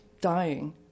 dying